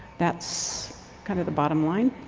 that's kinda the bottom line.